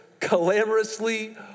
calamorously